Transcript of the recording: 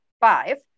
five